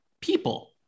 people